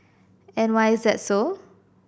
and why is that so